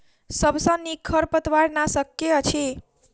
सबसँ नीक खरपतवार नाशक केँ अछि?